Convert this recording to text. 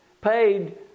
paid